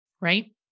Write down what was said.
Right